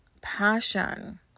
passion